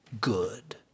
good